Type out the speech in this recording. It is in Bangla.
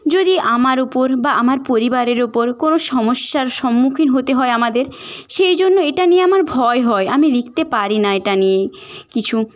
যদি আমার উপর বা আমার পরিবারের উপর কোনও সমস্যার সম্মুখীন হতে হয় আমাদের সেই জন্য এটা নিয়ে আমার ভয় হয় আমি লিখতে পারি না এটা নিয়ে কিছু